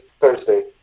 Thursday